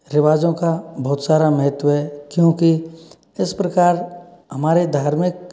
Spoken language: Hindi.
रिवाज़ों का बहुत सारा महत्व है क्योंकि इस प्रकार हमारे धार्मिक